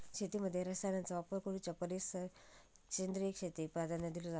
शेतीमध्ये रसायनांचा वापर करुच्या परिस सेंद्रिय शेतीक प्राधान्य दिलो जाता